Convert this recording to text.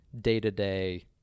day-to-day